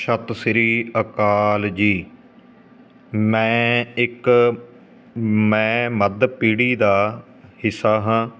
ਸਤਿ ਸ਼੍ਰੀ ਅਕਾਲ ਜੀ ਮੈਂ ਇੱਕ ਮੈਂ ਮੱਧ ਪੀੜ੍ਹੀ ਦਾ ਹਿੱਸਾ ਹਾਂ